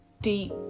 deep